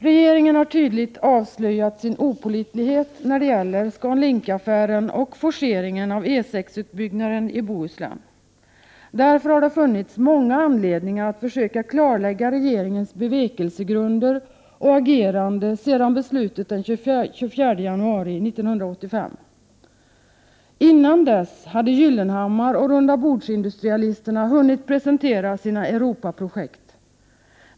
Regeringen har tydligt avslöjat sin opålitlighet när det gäller ScanLinkaffären och forceringen av E 6-utbyggnaden i Bohuslän. Därför har det funnits många anledningar att försöka klarlägga bevekelsegrunder och agerande sedan beslutet den 24 januari 1985. Innan dess hade Gyllenhammar och ”rundabordsindustrialisterna” hunnit presentera sina Europaprojekt.